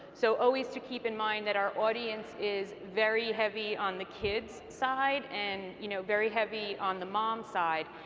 so always to keep in mind that our audience is very heavy on the kids side and you know very heavy on the moms side,